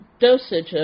dosage